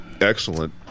excellent